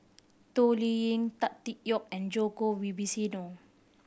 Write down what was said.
Toh Liying Tan Tee Yoke and Djoko Wibisono